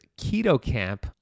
KETOCAMP